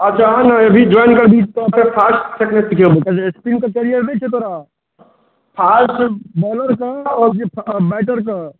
अच्छा आ ने अभी ज्वाइन करबही सब सऽ फास्ट फेकने छियै हम पहिने स्पिन मे करियर नहि छौ तोरा बौलर कऽ बैटर कऽ